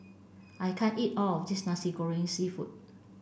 I can't eat all of this nasi goreng seafood